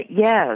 yes